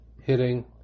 hitting